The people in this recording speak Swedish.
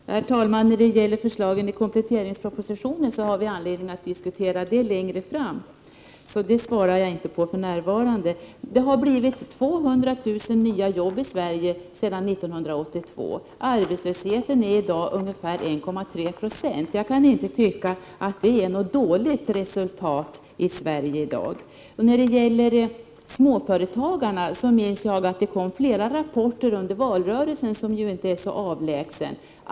Herr talman! Förslagen i kompletteringspropositionen har vi anledning att diskutera längre fram, därför svarar jag inte på den frågan för närvarande. 200 000 nya jobb har tillkommit i Sverige sedan 1982. Arbetslösheten är i dag ungefär 1,3 90. Jag kan inte tycka att det är ett dåligt resultat i Sverige i dag. Jag minns att det kom flera rapporter om småföretagarna under valrörelsen, som inte är så avlägsen.